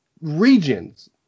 regions